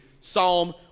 Psalm